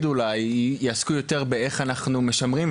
אולי יעסקו יותר באיך אנחנו משמרים,